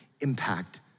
impact